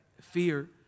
Fear